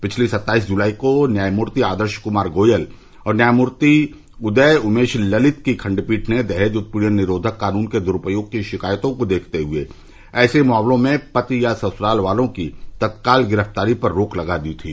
पिछली सत्ताईस ज़ुलाई को न्यायमूर्ति आदर्श कुमार गोयल और न्यायमूर्ति उदय उमेश ललित की खंडपीठ ने दहेज उत्पीड़न निरोधक कानून के दुरूपयोग की शिकायतों को देखते हुए ऐसे मामलों में पति या ससुराल वालों की तत्काल गिरफ़्तारी पर रोक लगा दी थी